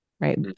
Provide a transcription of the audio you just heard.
right